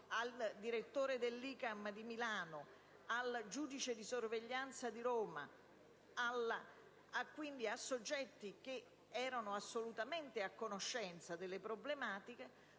al direttore dell'ICAM di Milano e al giudice di sorveglianza di Roma, quindi a soggetti assolutamente a conoscenza delle problematiche